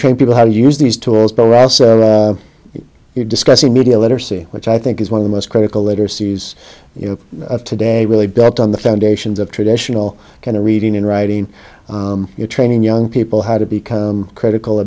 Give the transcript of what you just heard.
train people how to use these tools but also you're discussing media literacy which i think is one of the most critical literacies you know of today really built on the foundations of traditional kind of reading and writing your training young people how to become critical